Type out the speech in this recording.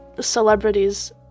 celebrities